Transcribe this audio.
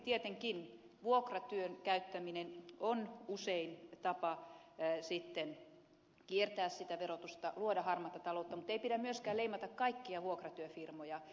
tietenkin juuri vuokratyön käyttäminen on usein tapa kiertää sitä verotusta luoda harmaata taloutta mutta ei pidä myöskään leimata kaikkia vuokratyöfirmoja